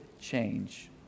change